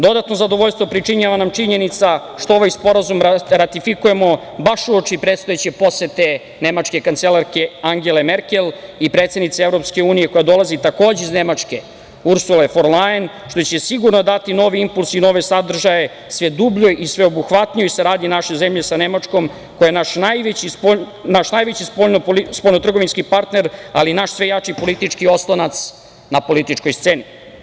Dodatno zadovoljstvo pričinjava nam činjenica što ovaj sporazum ratifikujemo baš uoči predstojeće posete nemačke kancelarke Angele Merkel i predsednice EU, koja dolazi iz Nemačke, Ursule fon Lajen, što će sigurno dati novi impuls i nove sadržaje sve dubljoj i sveobuhvatnijoj saradnji naše zemlje sa Nemačkom koja je naš najveći spoljnotrgovinski partner, ali i naš sve jači politički oslonac na političkoj sceni.